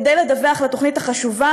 כדי לדווח על התוכנית החשובה.